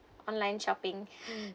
online shopping